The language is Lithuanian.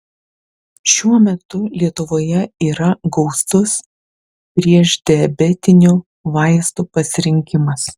šiuo metu lietuvoje yra gausus priešdiabetinių vaistų pasirinkimas